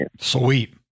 Sweet